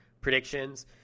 predictions